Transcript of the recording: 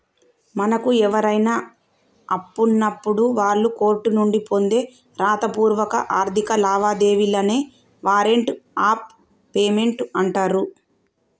మనకు ఎవరైనా అప్పున్నప్పుడు వాళ్ళు కోర్టు నుండి పొందే రాతపూర్వక ఆర్థిక లావాదేవీలనే వారెంట్ ఆఫ్ పేమెంట్ అంటరు